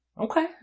Okay